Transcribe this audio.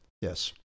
Yes